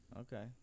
Okay